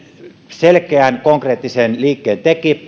selkeän konkreettisen liikkeen